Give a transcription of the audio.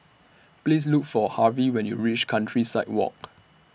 Please Look For Harvie when YOU REACH Countryside Walk